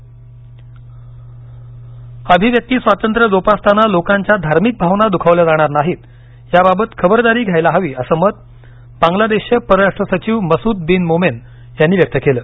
बांगलादेश अभिव्यक्ती स्वातंत्र्य जोपासताना लोकांच्या धार्मिक भावना द्खावल्या जाणार नाहीत याबाबत खबरदारी घ्यायला हवी असं मत बांगलादेशचे परराष्ट्र सचिव मसूद बिन मोमेन यांनी व्यक्त केलं